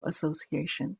association